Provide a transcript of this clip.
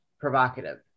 provocative